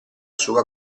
sua